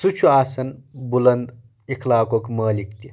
سُہ چھُ آسان بُلند اخلاقُک مٲلِک تہِ